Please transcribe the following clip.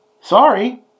Sorry